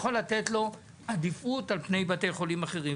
לתת לו עדיפות על פני בתי חולים אחרים.